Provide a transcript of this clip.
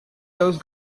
those